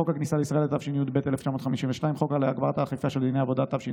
46. חוק יישום חוזה השלום בין מדינת ישראל לבין הממלכה הירדנית ההאשמית,